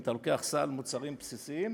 אם אתה לוקח סל מוצרים בסיסיים,